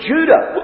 Judah